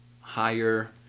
higher